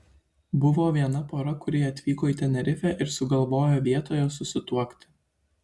buvo viena pora kuri atvyko į tenerifę ir sugalvojo vietoje susituokti